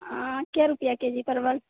कए रुपैआ केजी परवल